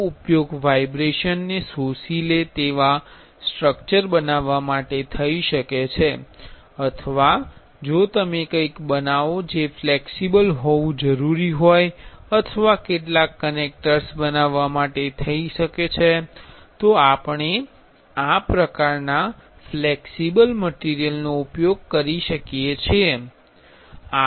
આનો ઉપયોગ વાઇબ્રેશન ને શોષી લે તેવા સ્ટ્રક્ચર બનાવવા માટે થઈ શકે છે અથવા જો તમે કંઈક બનાવો જે ફ્લેક્સિબલ હોવુ જરુરી છે અથવા કેટલાક કનેક્ટર્સ બનાવવા માટે થઇ શકે છે તો આપણે આ પ્રકારના ફ્લેક્સિબલ મટીરિયલનો ઉપયોગ કરી શકો છો